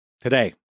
today